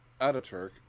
Ataturk